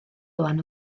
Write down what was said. lan